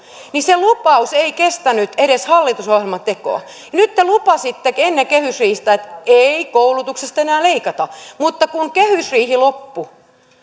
niin se lupaus ei kestänyt edes hallitusohjelman tekoa nyt te lupasitte ennen kehysriihtä että ei koulutuksesta enää leikata mutta kun kehysriihi loppui